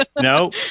No